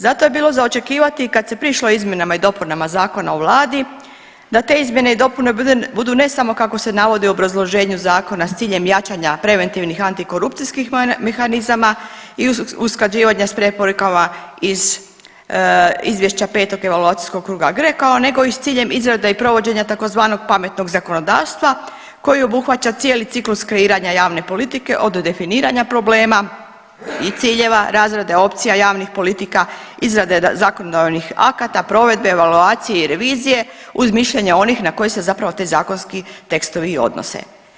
Zato je bilo za očekivati kad se prišlo izmjenama i dopuna Zakona o vladi, da te izmjene i dopune budu ne samo kako se navodi u obrazloženju zakona s ciljem jačanja preventivnih antikorupcijskih mehanizama i usklađivanja s preporukama iz izvješća petog evaluacijskog kruga GRCO-a nego i s ciljem izrade i provođenja tzv. pametnog zakonodavstva koji obuhvaća cijeli ciklus kreiranja javne politike, od definiranja problema i ciljeva, razrade opcija javnih politika, izrade zakonodavnih akata, provedbe, evaluacije i revizije uz mišljenje onih na koje se zapravo taj zakonski tekstovi i odnose.